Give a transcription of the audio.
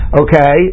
okay